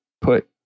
put